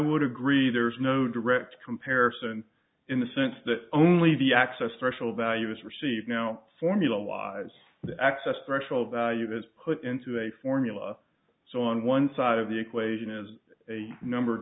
would agree there is no direct comparison in the sense that only the access threshold value is received no formula lies the access threshold value is put into a formula so on one side of the equation is a number